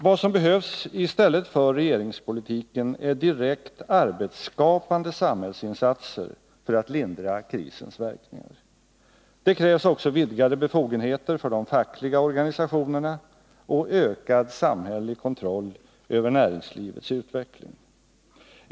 Det som behövs i stället för regeringspolitiken är direkt arbetsskapande samhällsinsatser för att lindra krisens verkningar. Det krävs också vidgade befogenheter för de fackliga organisationerna och ökad samhällelig kontroll över näringslivets utveckling.